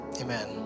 amen